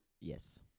Yes